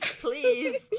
please